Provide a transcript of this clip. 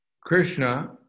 Krishna